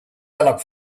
airlock